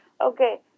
Okay